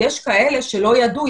יש כאלה שלא ידעו,